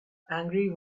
angry